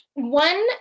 One